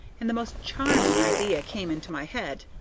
and the most charming idea came into my head,